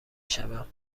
شوم